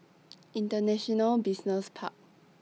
International Business Park